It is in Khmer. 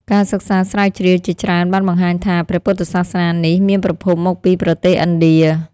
ការសិក្សាស្រាវជ្រាវជាច្រើនបានបង្ហាញថា ព្រះពុទ្ធសាសនានេះមានប្រភពមកពីប្រទេសឥណ្ឌា។